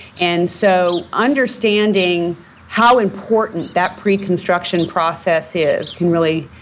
and so, understanding how important that pre-construction process is can really,